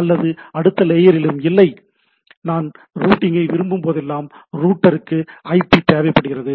அல்லது அடுத்த லேயரிலும் இல்லை நான் ரூட்டிங் ஐ விரும்பும் போதெல்லாம் ரூட்டருக்கு ஐபி தேவைப்படுகிறது